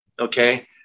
Okay